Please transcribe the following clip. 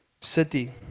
city